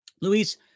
Luis